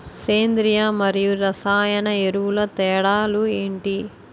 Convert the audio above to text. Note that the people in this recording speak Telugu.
సేంద్రీయ మరియు రసాయన ఎరువుల తేడా లు ఏంటి?